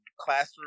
classroom